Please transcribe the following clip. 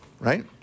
right